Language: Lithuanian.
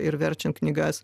ir verčiant knygas